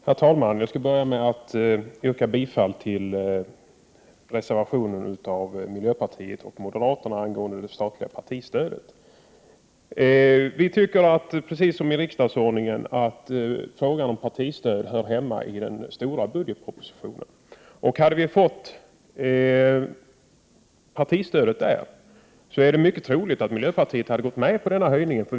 Herr talman! Jag skall börja med att yrka bifall till reservationen av miljöpartiet och moderata samlingspartiet angående det statliga partistödet. Vi tycker — precis som det står i riksdagsordningen — att frågan om partistöd hör hemma i den stora budgetpropositionen. Hade förslaget kommit med den är det troligt att miljöpartiet skulle ha varit med på denna höjning.